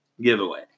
giveaway